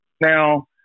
Now